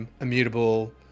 Immutable